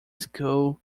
school